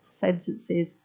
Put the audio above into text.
sentences